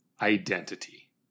identity